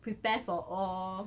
prepare for all